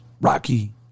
Rocky